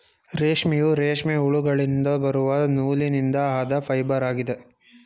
ರೇಷ್ಮೆಯು, ರೇಷ್ಮೆ ಹುಳುಗಳಿಂದ ಬರುವ ನೂಲಿನಿಂದ ಆದ ಫೈಬರ್ ಆಗಿದೆ